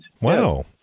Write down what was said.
Wow